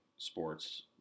sports